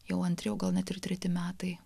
jau antri o gal net ir treti metai